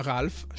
Ralph